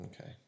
Okay